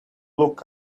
look